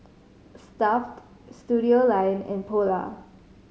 Stuff'd Studioline and Polar